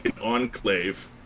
enclave